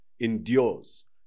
endures